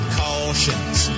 cautions